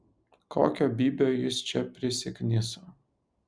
kokio bybio jis čia prisikniso